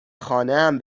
خانهام